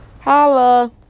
Holla